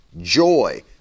joy